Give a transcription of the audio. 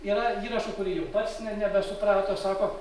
yra įrašų kurių ir pats ne nebesuprato sako